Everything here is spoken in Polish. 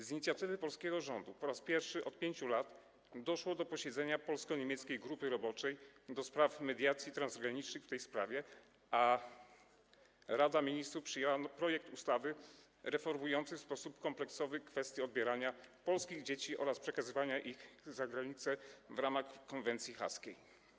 Z inicjatywy polskiego rządu po raz pierwszy od 5 lat doszło do posiedzenia polsko-niemieckiej grupy roboczej ds. mediacji transgranicznych w tej sprawie, a Rada Ministrów przyjęła projekt ustawy reformujący w sposób kompleksowy kwestie odbierania polskich dzieci oraz przekazywania ich za granicę w ramach konwencji haskiej.